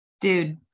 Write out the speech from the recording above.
dude